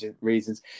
reasons